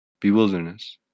bewilderness